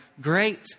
great